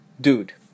Dude